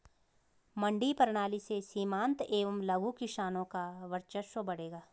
मंडी प्रणाली से सीमांत एवं लघु किसानों का वर्चस्व बढ़ेगा